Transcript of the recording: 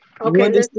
okay